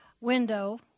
window